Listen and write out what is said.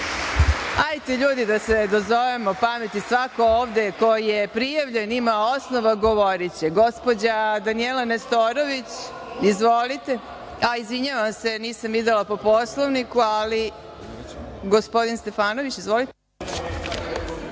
ljudi, da se dozovemo pameti. Svako ovde ko je prijavljen i ima osnova govoriće. Gospođa Danijela Nestorović. Izvolite. Izvinjavam se, nisam videla. Po Poslovniku, gospodin Stefanović. Izvolite.